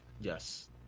Yes